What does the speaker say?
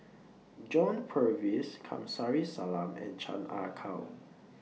John Purvis Kamsari Salam and Chan Ah Kow